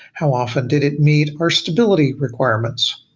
how often did it meet our stability requirements,